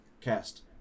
Cast